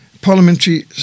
parliamentary